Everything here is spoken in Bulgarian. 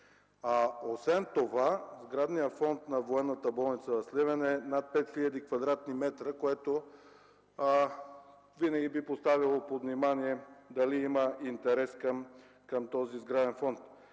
Освен това сградният фонд на Военната болница в Сливен е над 5 хил. кв. м, което винаги би поставило под внимание дали има интерес към този сграден фонд.